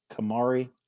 Kamari